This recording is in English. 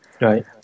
Right